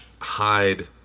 hide